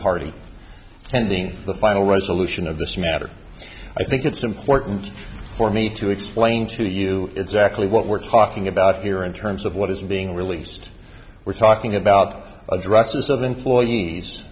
party ending the final resolution of this matter i think it's important for me to explain to you exactly what we're talking about here in terms of what is being released we're talking about addresses of employees